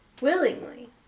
willingly